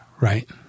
Right